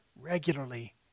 regularly